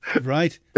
Right